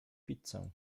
pizzę